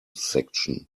section